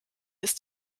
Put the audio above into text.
ist